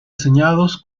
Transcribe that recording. diseñados